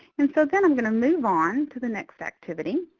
and so then i'm going to move on to the next activity.